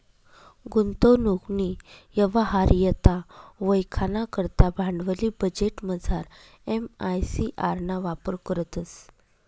गुंतवणूकनी यवहार्यता वयखाना करता भांडवली बजेटमझार एम.आय.सी.आर ना वापर करतंस